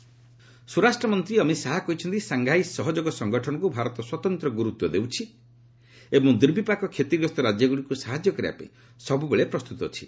Shah SCO ସ୍ୱରାଷ୍ଟ୍ରମନ୍ତ୍ରୀ ଅମିତ ଶାହା କହିଛନ୍ତି Shanghai ସହଯୋଗ ସଂଗଠନକୁ ଭାରତ ସ୍ୱତନ୍ତ ଗୁରୁତ୍ୱ ଦେଉଛି ଏବଂ ଦୁର୍ବିପାକ କ୍ଷତିଗ୍ରସ୍ତ ରାଜ୍ୟଗୁଡ଼ିକୁ ସାହାଯ୍ୟ କରିବା ପାଇଁ ସବୁବେଳେ ପ୍ରସ୍ତୁତ ଅଛି